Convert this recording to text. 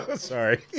Sorry